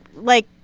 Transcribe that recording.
like,